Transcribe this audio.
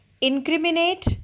incriminate